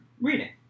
reading